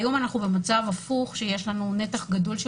היום אנחנו במצב הפוך שיש לנו נתח גדול של